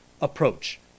approach